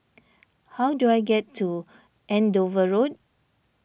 how do I get to Andover Road